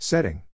Setting